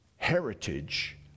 Heritage